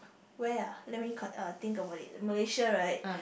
where ah let me con~ uh think about it Malaysia right